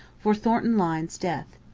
for thornton lyne's death.